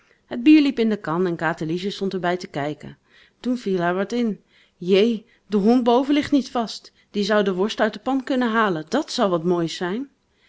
het bier liep in de kan en katerliesje stond er bij te kijken toen viel haar wat in jée de hond boven ligt niet vast die zou de worst uit de pan kunnen halen dat zou wat moois zijn